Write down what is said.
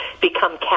become